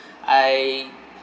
I